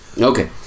Okay